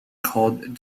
called